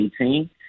2018